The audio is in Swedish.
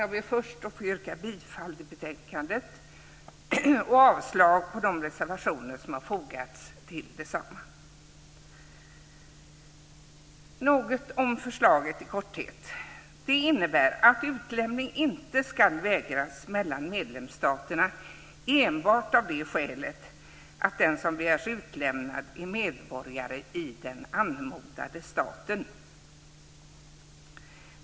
Jag vill först yrka bifall till förslaget i betänkandet och avslag på de reservationer som har fogats till detsamma. Förslaget innebär att utlämning inte ska vägras mellan medlemsstaterna enbart av skälet att den som begärs utlämnad är medborgare i den anmodade staten.